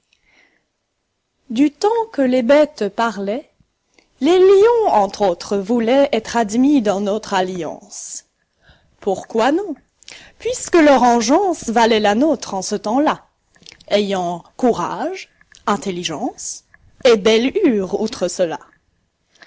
du temps que les bêtes parlaient les lions entre autres voulaient être admis dans notre alliance pourquoi non puisque leur engeance valait la nôtre en ce temps-là ayant courage intelligence et belle hure outre cela